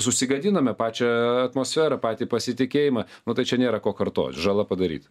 susigadiname pačią atmosferą patį pasitikėjimą matai čia nėra ko kartot žala padaryta